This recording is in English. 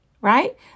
right